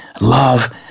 love